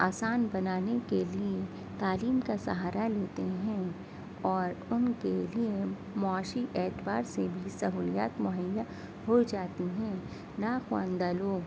آسان بنانے کے لیے تعلیم کا سہارا لیتے ہیں اور ان کے لیے معاشی اعتبار سے بھی سہولیات مہیا ہو جاتی ہیں ناخواندہ لوگ